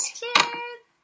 Cheers